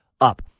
up